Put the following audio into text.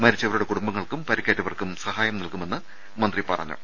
മരിച്ചവരുടെ കുടുംബങ്ങൾക്കും പ്രിക്കേറ്റവർക്കും സഹായം ലഭ്യമാക്കുമെന്ന് മന്ത്രി പറഞ്ഞു